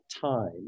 time